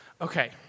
Okay